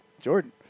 Jordan